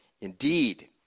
Indeed